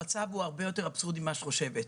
המצב הוא הרבה יותר אבסורדי ממה שאת חושבת,